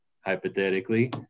hypothetically